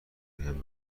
بهم